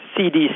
CDC